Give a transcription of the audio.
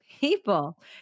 People